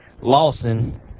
Lawson